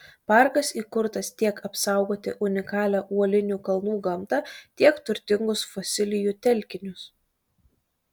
parkas įkurtas tiek apsaugoti unikalią uolinių kalnų gamtą tiek turtingus fosilijų telkinius